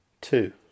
two